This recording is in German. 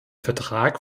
vertrag